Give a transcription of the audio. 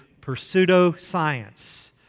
pseudoscience